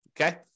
Okay